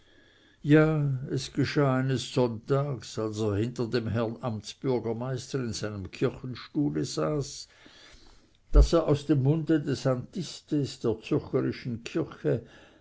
ja es geschah eines sonntags als er hinter dem herrn amtsbürgermeister in seinem kirchenstuhle saß daß er aus dem munde des antistes der zürcherischen kirche